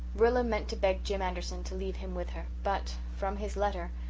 rilla meant to beg jim anderson to leave him with her, but, from his letter,